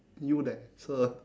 you there sir